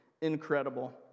incredible